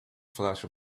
flash